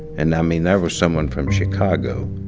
and i mean, that was someone from chicago.